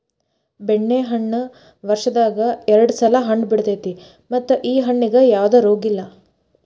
ಬೆಣ್ಣೆಹಣ್ಣ ವರ್ಷದಾಗ ಎರ್ಡ್ ಸಲಾ ಹಣ್ಣ ಬಿಡತೈತಿ ಮತ್ತ ಈ ಹಣ್ಣಿಗೆ ಯಾವ್ದ ರೋಗಿಲ್ಲ